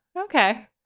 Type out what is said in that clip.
Okay